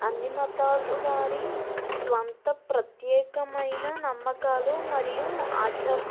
అన్ని మతాలు వారి స్వంత ప్రత్యేకమైన నమ్మకాలు మరియు ఆచర